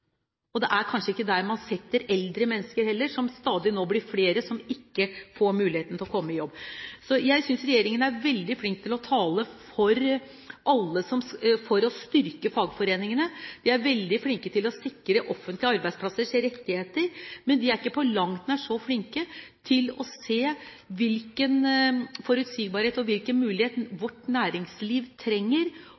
Det er kanskje ikke der man setter eldre mennesker, heller, som det stadig nå blir flere av som ikke får muligheten til å komme i jobb. Jeg synes regjeringen er veldig flink til å tale for å styrke fagforeningene, den er veldig flink til å sikre offentlige arbeidsplassers rettigheter, men den er ikke på langt nær så flink til å se hvilken forutsigbarhet og hvilken